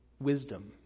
wisdom